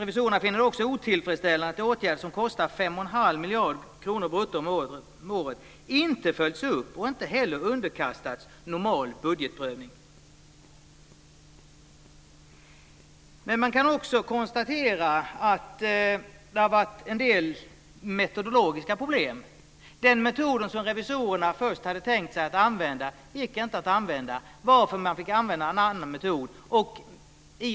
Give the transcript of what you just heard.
Revisorerna finner det också otillfredsställande att de åtgärder som kostar 5 1⁄2 miljarder kronor brutto om året inte följts upp och inte heller underkastats normal budgetprövning. Men revisorerna konstaterar också att det har varit en del metodologiska problem. Den metod som revisorerna först hade tänkt sig att använda gick inte att använda, varför man fick använda sig av en annan metod.